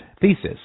thesis